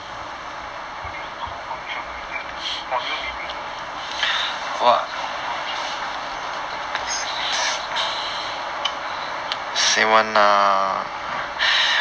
coding confirm 凶 [one] lah for you maybe no for us confirmed 凶 especially for us ah you know